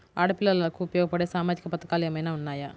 ఆడపిల్లలకు ఉపయోగపడే సామాజిక పథకాలు ఏమైనా ఉన్నాయా?